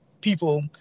people